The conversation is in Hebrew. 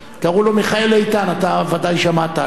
קראו לו מיכאל איתן, אתה ודאי שמעת עליו.